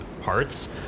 parts